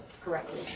correctly